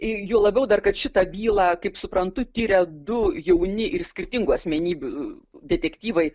juo labiau kad šitą bylą kaip suprantu tiria du jauni ir skirtingų asmenybių detektyvai